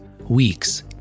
weeks